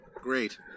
Great